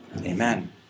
Amen